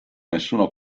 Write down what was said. nessuno